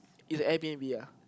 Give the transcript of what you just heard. is a Airbnb uh